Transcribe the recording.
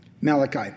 Malachi